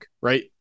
right